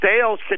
Sales